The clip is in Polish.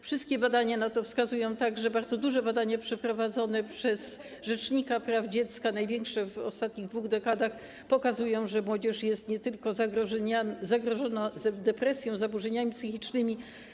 Wszystkie badania na to wskazują, także bardzo duże badanie przeprowadzone przez rzecznika praw dziecka, największe w ostatnich dwóch dekadach, że młodzież jest nie tylko zagrożona depresją i zaburzeniami psychicznymi.